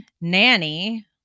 Nanny